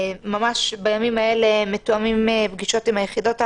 וממש בימים האלה מתואמות פגישות עם היחידות הללו.